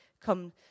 come